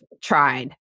tried